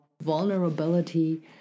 vulnerability